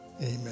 Amen